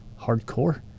hardcore